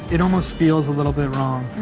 it almost feels a little bit wrong.